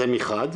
זה מחד,